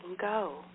go